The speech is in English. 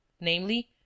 namely